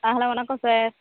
ஆ hello வணக்கம் sir